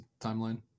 timeline